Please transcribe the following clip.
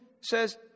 says